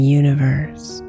universe